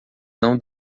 não